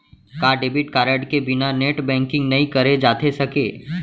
का debit card के बिना नेट बैंकिंग नई करे जाथे सके?